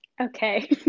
Okay